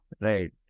Right